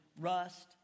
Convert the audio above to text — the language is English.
rust